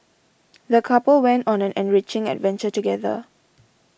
the couple went on an enriching adventure together